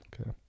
Okay